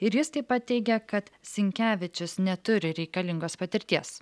ir jis taip pat teigia kad sinkevičius neturi reikalingos patirties